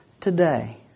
today